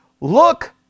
Look